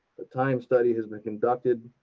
the time study has been conducted,